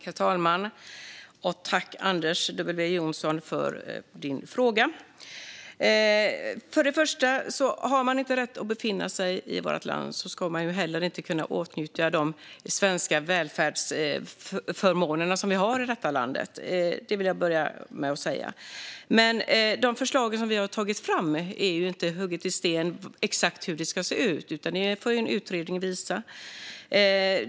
Herr talman! Tack, Anders W Jonsson, för din fråga! Först och främst gäller att om man inte har rätt att befinna sig i vårt land ska man heller inte kunna åtnjuta de svenska välfärdsförmåner som vi har i detta land. Det vill jag börja med att säga. När det gäller de förslag vi har tagit fram är det inte hugget i sten exakt hur de ska se ut. Det får en utredning visa.